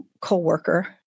co-worker